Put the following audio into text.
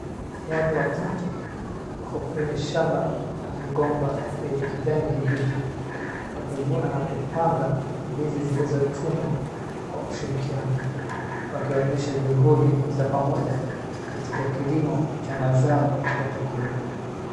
Watu watatu wako kwenye shamba la migomba lenye kijani kibichi wakivuna na kupanga ndizi zilizochunwa kwa ushirikiano. Wakionyesha juhudi za pamoja katika kilimo cha mazao ya chakula.